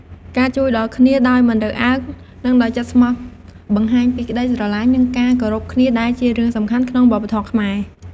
ការជួយដល់គ្នាដោយមិនរើសអើង និងដោយចិត្តស្មោះបង្ហាញពីក្តីស្រឡាញ់ និងការគោរពគ្នាដែលជារឿងសំខាន់ក្នុងវប្បធម៌ខ្មែរ។